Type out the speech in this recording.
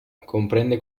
comprende